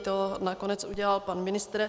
To nakonec udělal pan ministr.